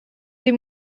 des